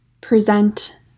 present